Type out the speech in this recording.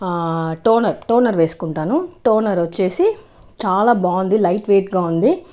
ఆ toner toner వేసుకుంటాను toner వచ్చేసి చాలా బాగుంది లైట్ వెయిట్గా ఉంది